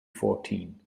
fourteen